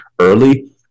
early